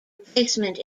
replacement